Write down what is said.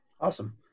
Awesome